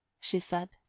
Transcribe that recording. she said,